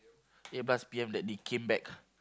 eight plus P_M that they came back